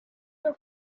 your